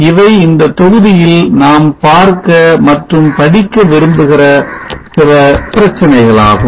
இவை இந்த தொகுதியில் நாம் பார்க்க மற்றும் படிக்க விரும்புகிற சில பிரச்சினைகளாகும்